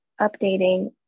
updating